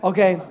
Okay